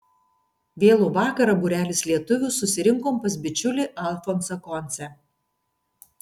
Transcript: vėlų vakarą būrelis lietuvių susirinkom pas bičiulį alfonsą koncę